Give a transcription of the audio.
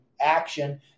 action